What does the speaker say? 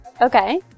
Okay